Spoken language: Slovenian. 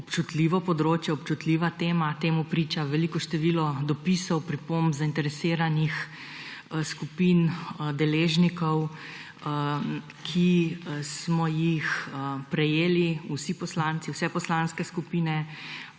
občutljivo področje, občutljiva tema. O tem priča veliko število dopisov, pripomb, zainteresiranih skupin, deležnikov, ki smo jih prejeli vsi poslanci, vse poslanske skupine,